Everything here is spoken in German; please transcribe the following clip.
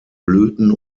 blüten